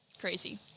Crazy